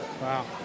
Wow